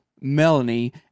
Melanie